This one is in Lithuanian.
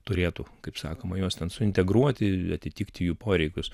turėtų kaip sakoma jos ten suintegruoti atitikti jų poreikius